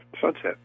Sunset